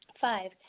Five